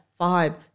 vibe